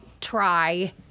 try